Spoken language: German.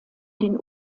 den